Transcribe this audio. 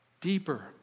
deeper